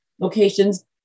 locations